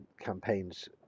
campaigns